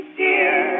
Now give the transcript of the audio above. dear